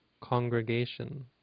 congregation